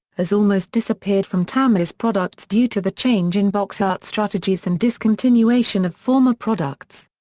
has almost disappeared from tamiya's products due to the change in box art strategies and discontinuation of former products.